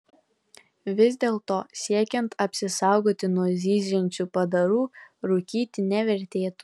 vis dėlto siekiant apsisaugoti nuo zyziančių padarų rūkyti nevertėtų